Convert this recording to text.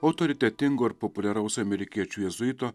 autoritetingo ir populiaraus amerikiečių jėzuito